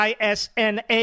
ISNA